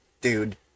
dude